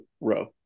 row